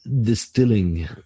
distilling